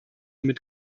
mit